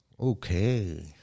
Okay